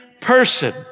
person